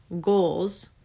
goals